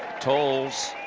tolles